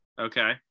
Okay